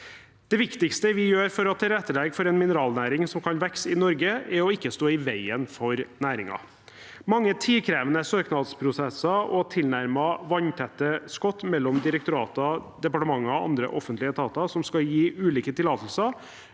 Det viktigste vi gjør for å tilrettelegge for en mineralnæring som kan vokse i Norge, er å ikke stå i veien for næringen. Mange tidkrevende søknadsprosesser og tilnærmet vanntette skott mellom direktorater, departementer og andre offentlige etater som skal gi ulike tillatelser,